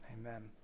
Amen